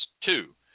two